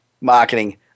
marketing